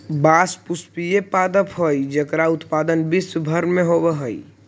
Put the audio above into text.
बाँस पुष्पीय पादप हइ जेकर उत्पादन विश्व भर में होवऽ हइ